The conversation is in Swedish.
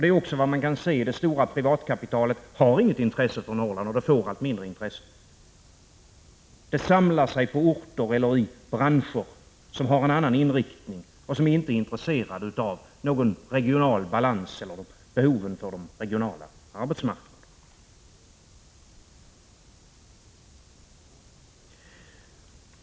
Man kan också se att det stora privatkapitalet inte har något intresse för Norrland. Det samlar sig på orter eller i branscher med en annan inriktning. Det är företag och branscher som inte är intresserade av någon regional balans eller som inte har behov av regional arbetskraft.